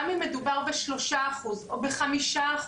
גם אם מדובר ב-3% או ב-5%,